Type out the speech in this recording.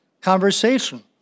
conversation